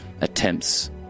attempts